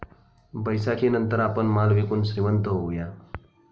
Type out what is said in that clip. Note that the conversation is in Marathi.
बैसाखीनंतर आपण माल विकून श्रीमंत होऊया